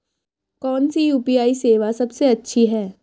कौन सी यू.पी.आई सेवा सबसे अच्छी है?